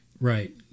Right